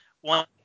One